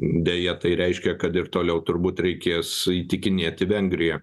deja tai reiškia kad ir toliau turbūt reikės įtikinėti vengriją